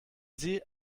sie